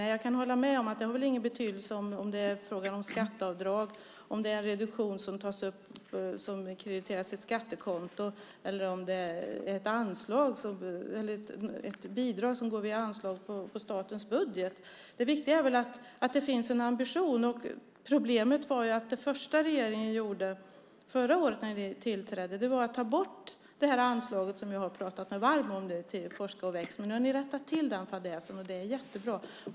Jag kan hålla med om det inte har någon betydelse om det är frågan om skatteavdrag, om det är en reduktion som tas upp och krediteras ett skattekonto eller om det är ett bidrag som går via anslag i statens budget. Det viktiga är väl att det finns en ambition. Problemet var att det första regeringen gjorde förra året när ni tillträdde var att ta bort det här anslaget till Forska och väx som jag har pratat mig varm för. Men nu har ni rättat till den fadäsen, och det är jättebra.